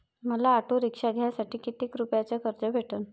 मले auto rickshaw घ्यासाठी कितीक रुपयाच कर्ज भेटनं?